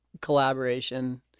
collaboration